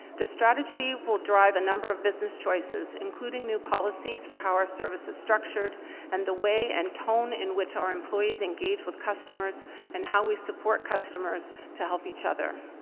the strategy will drive a number of business choices including new policies for how our service is structured and the way and tone in which our employees engage with customers and how we support customers to help each other.